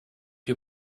you